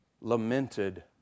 lamented